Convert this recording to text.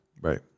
Right